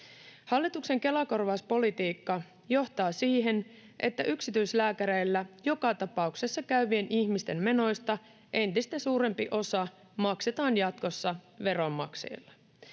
Hallituksen Kela-korvauspolitiikka johtaa siihen, että yksityislääkäreillä joka tapauksessa käyvien ihmisten menoista entistä suurempi osa maksatetaan jatkossa veronmaksajilla.